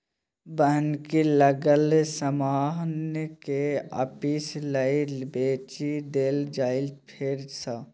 बन्हकी लागल समान केँ आपिस लए बेचि देल जाइ फेर सँ